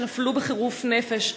שנפלו בחירוף נפש,